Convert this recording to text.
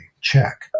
Check